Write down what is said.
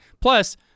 plus